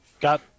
got